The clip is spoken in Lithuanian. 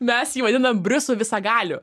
mes jį vadinam briusu visagaliu